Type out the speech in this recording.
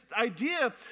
idea